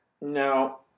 now